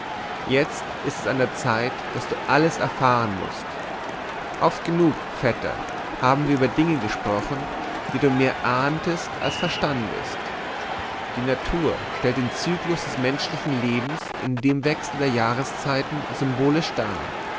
jetzt ist es an der zeit daß du alles erfahren mußt oft genug vetter haben wir über dinge gesprochen die du mehr ahntest als verstandest die natur stellt den zyklus des menschlichen lebens in dem wechsel der jahreszeiten symbolisch dar